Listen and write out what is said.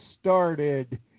started